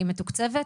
היא מתוקצבת?